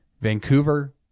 Vancouver